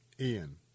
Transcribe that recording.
Ian